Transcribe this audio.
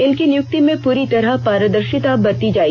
इनकी नियुक्ति में पूरी तरह पारदर्शिता बरती जाए